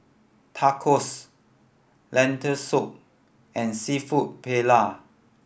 Tacos Lentil Soup and Seafood Paella